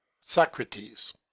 Socrates